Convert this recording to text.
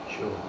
Sure